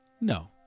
No